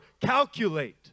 calculate